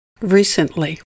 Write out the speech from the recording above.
Recently